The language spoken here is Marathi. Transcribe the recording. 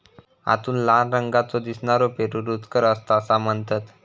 आतून लाल रंगाचो दिसनारो पेरू रुचकर असता असा म्हणतत